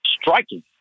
striking